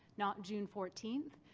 not june fourteenth.